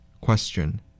Question